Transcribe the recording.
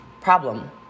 Problem